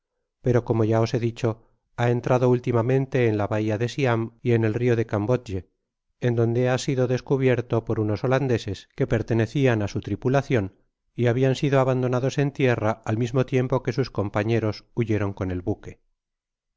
pero como ya os he dicho ha entrado últimamente en la bahia de siam y en el rio de eambodje en donde ha sido descubierto por unos holandeses que pertenecian á su tripulacion y habian sido abandonados en tierra al mismo tiempo que sus compañeros huyeron con el buque